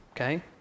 Okay